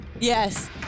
Yes